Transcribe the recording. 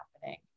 happening